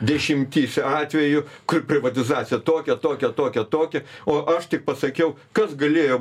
dešimtyse atvejų kur privatizacija tokia tokia tokia tokia o aš tik pasakiau kas galėjo